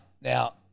now